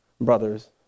brothers